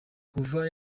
kuva